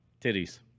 titties